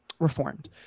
reformed